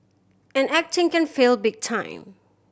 and acting can fail big time